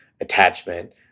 attachment